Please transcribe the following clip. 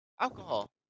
Alcohol